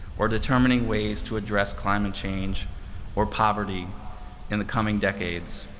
or determining ways to address climate change or poverty in the coming decades,